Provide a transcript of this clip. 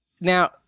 now